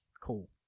Cool